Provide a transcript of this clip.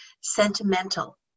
sentimental